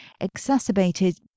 exacerbated